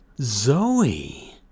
Zoe